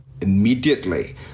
immediately